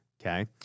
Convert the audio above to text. okay